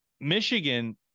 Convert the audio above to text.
Michigan